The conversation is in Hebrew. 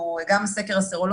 זה גם לגבי הסקר הסרולוגי.